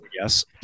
Yes